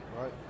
Right